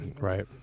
right